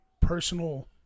personal